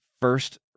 first